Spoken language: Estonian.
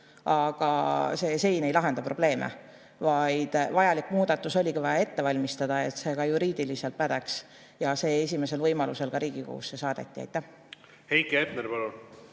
aga see sein ei lahenda probleeme. Vajalik muudatus oli vaja ette valmistada, et kõik ka juriidiliselt pädeks, ja see esimesel võimalusel Riigikogusse saadetigi.